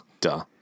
Duh